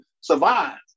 survive